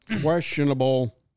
Questionable